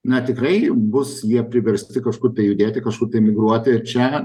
na tikrai bus jie priversti kažkur tai judėti kažkur tai migruoti ir čia